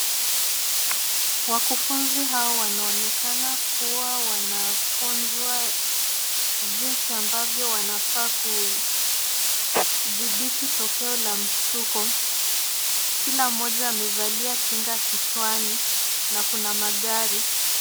Wakufunzi hawa wanaonekana kuwa wanafunzwa jinsi ambavyo wanafaa kudhibiti tokeo la mshtuko, kila mmoja amevalia kinga kichwani na kuna magari.